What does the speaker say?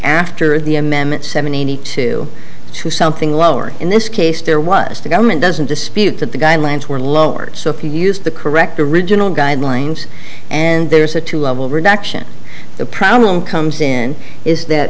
after the amendment seventy two to something lower in this case there was the government doesn't dispute that the guidelines were lowered so if you used the correct original guidelines and there's a two level reduction the problem comes in is that